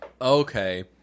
Okay